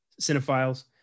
cinephiles